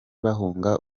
bahunga